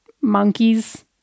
monkeys